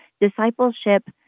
discipleship